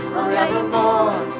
Forevermore